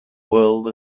world